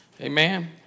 Amen